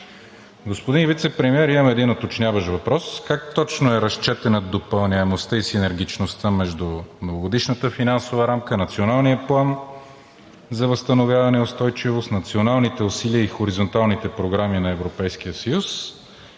Господин Вицепремиер, имам един уточняващ въпрос: как точно е разчетена допълняемостта и синергичността между Многогодишната финансова рамка, Националния план за възстановяване и устойчивост, националните усилия и хоризонталните програми на Европейския съюз